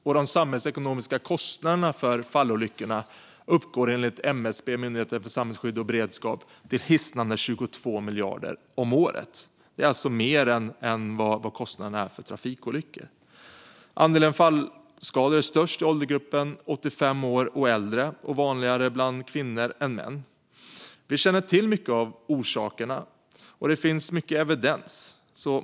Och de samhällsekonomiska kostnaderna för fallolyckorna uppgår enligt MSB, Myndigheten för samhällsskydd och beredskap, till hisnande 22 miljarder om året. Det är alltså mer än vad kostnaderna är för trafikolyckor. Andelen fallskador är störst i åldersgruppen 85 år och äldre och vanligare bland kvinnor än män. Vi känner till många av orsakerna, och det finns mycket evidens.